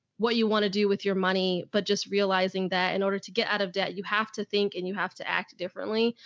what you want to do with your money, but just realizing that in order to get out of debt, you have to think and you have to act differently.